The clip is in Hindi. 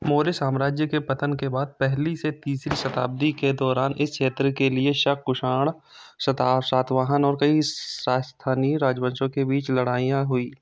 मौर्य साम्राज्य के पतन के बाद पहली से तीसरी शताब्दी ईस्वी के दौरान इस क्षेत्र के लिए शक कुषाण सता सातवाहन और कई स्थानीय राजवंशों के बीच लड़ाइयाँ हुई